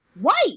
white